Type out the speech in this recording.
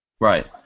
Right